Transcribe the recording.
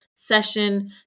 Session